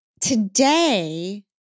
Today